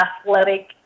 athletic